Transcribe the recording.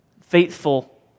faithful